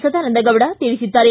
ಸದಾನಂದಗೌಡ ತಿಳಿಸಿದ್ದಾರೆ